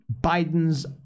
Biden's